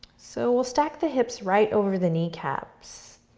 so we'll stack the hips right over the kneecaps,